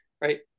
right